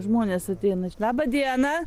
žmonės ateina labą dieną